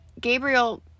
Gabriel